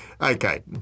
Okay